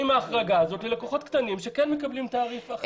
אם ההחרגה הזאת לקוחות קטנים שכן מקבלים תעריף אחר.